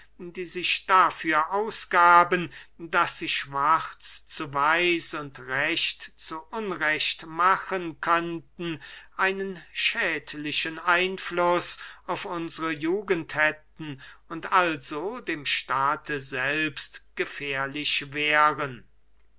die sich dafür ausgaben daß sie schwarz zu weiß und recht zu unrecht machen könnten einen schädlichen einfluß auf unsre jugend hätten und also dem staate selbst gefährlich wären